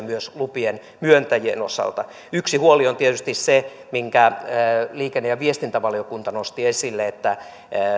myös lupien myöntäjien osalta yksi huoli on tietysti se minkä liikenne ja viestintävaliokunta nosti esille että